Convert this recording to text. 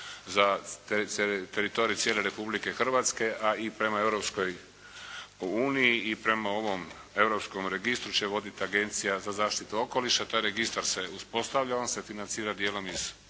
za teritorij cijele Republike Hrvatske, a i prema Europskoj uniji i prema ovom Europskom registru će voditi Agencija za zaštitu okoliša. Taj registar se uspostavlja, on se financira dijelom iz